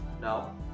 Now